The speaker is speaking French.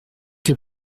que